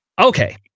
Okay